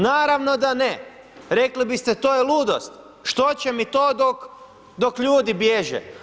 Naravno da ne, rekli biste to je ludost, što će mi to dok ljudi biježe.